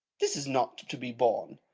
this is not to be borne.